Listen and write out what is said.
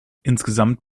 insgesamt